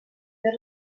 fer